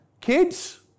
Kids